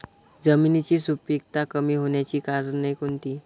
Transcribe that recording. जमिनीची सुपिकता कमी होण्याची कारणे कोणती?